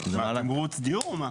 תמרוץ דיון או מה?